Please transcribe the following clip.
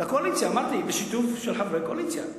אמרתי, בשיתוף חברי קואליציה.